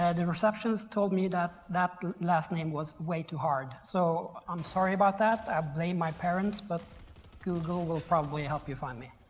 the receptionist told me that that last name was way too hard, so i'm sorry about that. i blame my parents, but google will probably help you find me.